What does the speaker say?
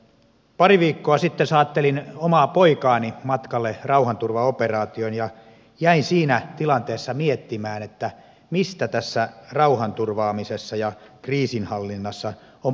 pari viikkoa sitten saattelin omaa poikaani matkalle rauhanturvaoperaatioon ja jäin siinä tilanteessa miettimään mistä tässä rauhanturvaamisessa ja kriisinhallinnassa on pohjimmiltaan kysymys